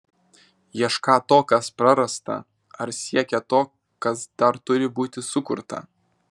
iešką to kas prarasta ar siekią to kas dar turi būti sukurta